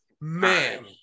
Man